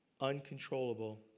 uncontrollable